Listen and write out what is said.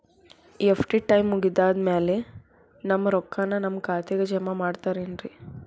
FD time ಮುಗಿದಾದ್ ಮ್ಯಾಲೆ ನಮ್ ರೊಕ್ಕಾನ ನಮ್ ಖಾತೆಗೆ ಜಮಾ ಮಾಡ್ತೇರೆನ್ರಿ?